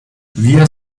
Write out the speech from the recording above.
wir